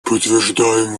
подтверждаем